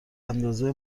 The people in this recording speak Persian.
اندازه